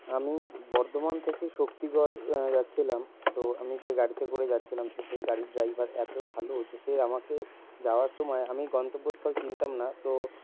আমি বর্ধমান থেকে শক্তিগড় যাচ্ছিলাম তো আমি যে গাড়িতে করে যাচ্ছিলাম সেই গাড়ির ড্রাইভার এত ভালো যে সে আমাকে যাওয়ার সময় আমি গন্তব্যস্থল চিনতাম না তো